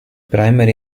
primary